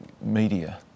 media